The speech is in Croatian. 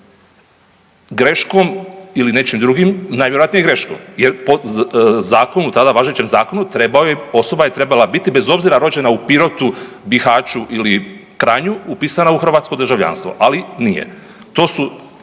Greškom ili nečim drugim, najvjerojatnije greškom jer po zakonu, tada važećem zakonu, osoba je trebala biti bez obzira rođena u …/Govornik se ne razumije./… Bihaću ili Kranju upisana u hrvatsko državljanstvo, ali nije.